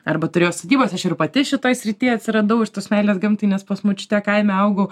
arba turėjo sodybas aš ir pati šitoj srity atsiradau iš tos meilės gamtai nes pas močiutę kaime augau